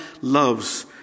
loves